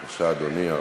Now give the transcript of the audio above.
בבקשה, אדוני.